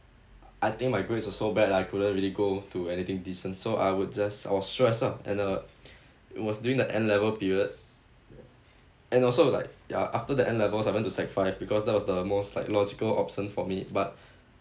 I think my grades are so bad that I couldn't really go to anything decent so I would just I was stressed out and uh it was during the n-level period and also like ya after the n-levels I went to sec five because that was the most like logical option for me but